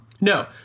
No